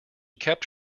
kept